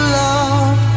love